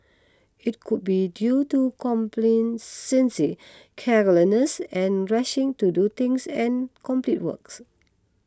it could be due to complacency carelessness and rushing to do things and complete works